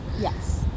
yes